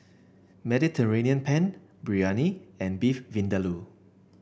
Mediterranean Penne Biryani and Beef Vindaloo